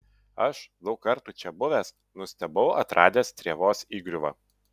aš daug kartų čia buvęs nustebau atradęs strėvos įgriuvą